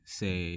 say